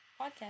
podcast